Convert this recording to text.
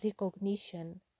recognition